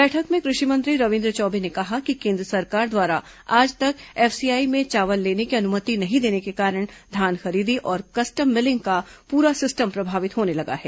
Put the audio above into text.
बैठक में कृषि मंत्री रविन्द्र चौबे ने कहा कि केन्द्र सरकार द्वारा आज तक एफसीआई में चावल लेने की अनुमति नहीं देने के कारण धान खरीदी और कस्टम मीलिंग का प्रा सिस्टम प्रभावित होने लगा है